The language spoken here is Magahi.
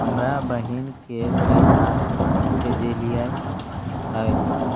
हमरा बहिन के पैसा भेजेलियै है